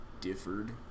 differed